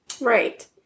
Right